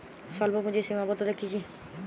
স্বল্পপুঁজির সীমাবদ্ধতা কী কী?